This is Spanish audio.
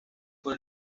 por